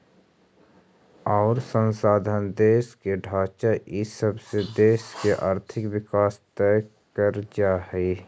अउर संसाधन, देश के ढांचा इ सब से देश के आर्थिक विकास तय कर जा हइ